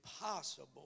impossible